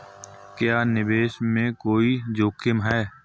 क्या निवेश में कोई जोखिम है?